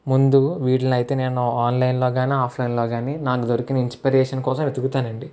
ముందు వీటిలనైతే నేను ఆన్లైన్ లో గాని ఆఫ్లైన్ లో గాని నాకు దొరికిన ఇన్స్పిరేషన్ కోసం వెతుకుతాను అండి